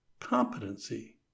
competency